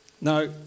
Now